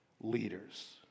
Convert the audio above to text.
leaders